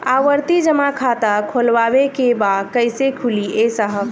आवर्ती जमा खाता खोलवावे के बा कईसे खुली ए साहब?